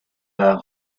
are